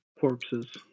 corpses